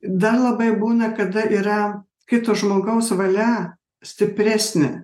dar labai būna kada yra kito žmogaus valia stipresnė